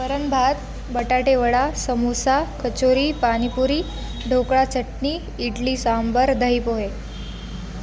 वरणभात बटाटेवडा समोसा कचोरी पाणीपुरी ढोकळा चटणी इडली सांबार दहीपोहे